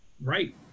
right